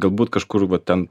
galbūt kažkur ten